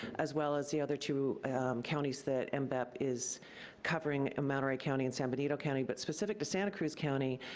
as well as the other two counties that m dep is covering monterey county and san bernardino but you know county, but specific to santa cruz county,